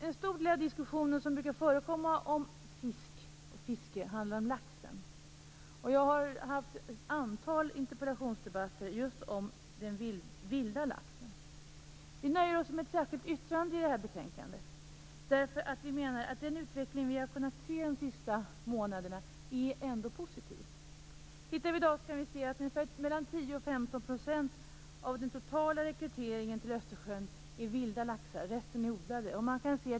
En stor del av diskussionen om fiske handlar om laxfisket. Jag har fört ett antal interpellationsdebatter om just den vilda laxen. Vi nöjer oss med ett särskilt yttrande i detta betänkande i den frågan. Den utveckling vi har kunnat se under de senaste månaderna är positiv. I dag är 10-15 % av den totala rekryteringen till Östersjön vild lax. Resten är odlad lax.